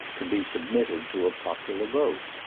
to be submitted to a popular vote.